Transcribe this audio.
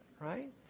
Right